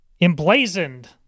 emblazoned